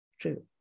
true